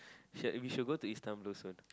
should we should go to Istanbul soon